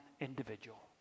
individual